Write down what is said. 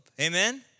Amen